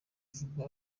vuba